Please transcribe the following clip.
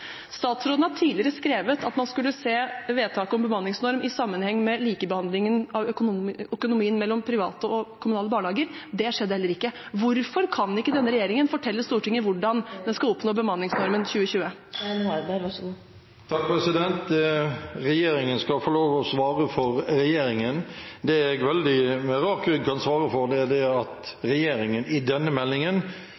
Statsråden har tidligere skrevet at man skulle se vedtaket om bemanningsnorm i sammenheng med likebehandlingen av økonomien i private og kommunale barnehager, men det skjedde heller ikke. Hvorfor kan ikke denne regjeringen fortelle Stortinget hvordan man skal oppnå bemanningsnormen i 2020? Regjeringen skal få lov til å svare for regjeringen. Det jeg med veldig rak rygg kan svare for, er at regjeringen i denne meldingen tar veldig